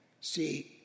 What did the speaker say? See